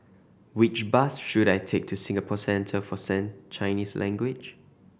which bus should I take to Singapore Centre for Chinese Language